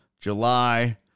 July